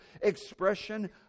expression